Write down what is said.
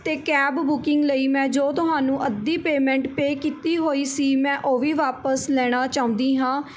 ਅਤੇ cab booking ਲਈ ਮੈਂ ਜੋ ਤੁਹਾਨੂੰ ਅੱਧੀ ਪੇਮੈਂਟ ਪੇ ਕੀਤੀ ਹੋਈ ਸੀ ਮੈਂ ਉਹ ਵੀ ਵਾਪਸ ਲੈਣਾ ਚਾਹੁੰਦੀ ਹਾਂ